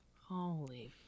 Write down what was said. Holy